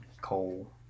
coal